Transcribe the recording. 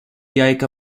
jajka